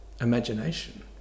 imagination